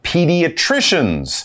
Pediatricians